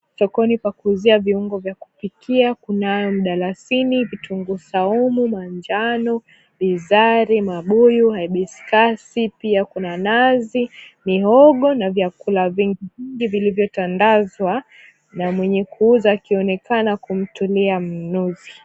Sokoni pa kuuzia viungo vya kupikia kuna mdalasini, vitungu saumu, manjano, bizari, mabuyu, haibiskasi pia kuna nazi, muhogo na vyakula vingine vilivyotandazwa na mwenye kuuza akionekana kumtumia mnunuzi.